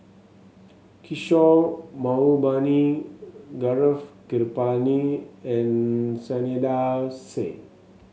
Kishore Mahbubani Gaurav Kripalani and Saiedah Said